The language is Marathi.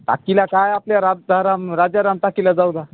टाकीला काय आपल्या राजराम राजाराम टाकीला जाऊ ना